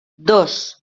dos